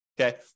okay